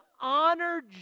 honor